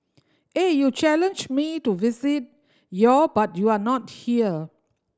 eh you challenged me to visit your but you are not here